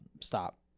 stop